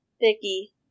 Vicky